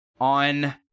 on